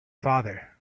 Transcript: father